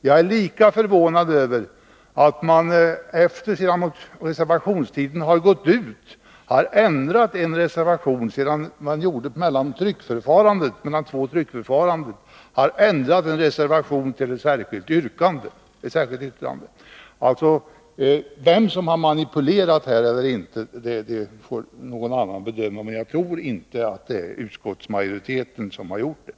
Jag är lika förvånad över att man efter det att reservationstiden gått ut och mellan två Nr 50 tryckförfaranden ändrade en reservation till ett särskilt yttrande. Vem som manipulerat i detta fall eller inte gjort det får någon annan bedöma, men jag tror inte att det är utskottsmajoriteten som gjort det.